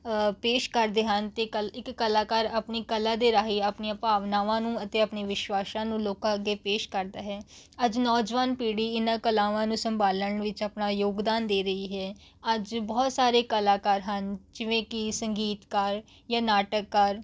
ਪੇਸ਼ ਕਰਦੇ ਹਨ ਕਲ ਅਤੇ ਇੱਕ ਕਲਾਕਾਰ ਆਪਣੀ ਕਲਾ ਦੇ ਰਾਹੀਂ ਆਪਣੀਆਂ ਭਾਵਨਾਵਾਂ ਨੂੰ ਅਤੇ ਆਪਣੇ ਵਿਸ਼ਵਾਸ਼ਾਂ ਨੂੰ ਲੋਕਾਂ ਅੱਗੇ ਪੇਸ਼ ਕਰਦਾ ਹੈ ਅੱਜ ਨੌਜਵਾਨ ਪੀੜ੍ਹੀ ਇਹਨਾਂ ਕਲਾਵਾਂ ਨੂੰ ਸੰਭਾਲਣ ਵਿੱਚ ਆਪਣਾ ਯੋਗਦਾਨ ਦੇ ਰਹੀ ਹੈ ਅੱਜ ਬਹੁਤ ਸਾਰੇ ਕਲਾਕਾਰ ਹਨ ਜਿਵੇਂ ਕਿ ਸੰਗੀਤਕਾਰ ਜਾਂ ਨਾਟਕਕਾਰ